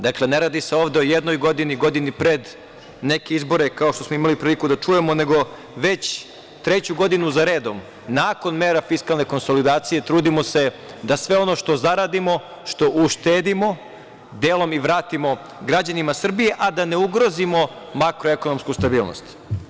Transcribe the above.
Dakle, ne radi se ovde u jednoj godini, godini pred neke izbore, kao što smo imali priliku da čujemo, nego već treću godinu za redom, nakon mera fiskalne konsolidacije, trudimo se da sve ono što zaradimo, što uštedimo, delom i vratimo građanima Srbije, a da ne ugrozimo makroekonomsku stabilnost.